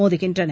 மோதுகின்றன